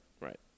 right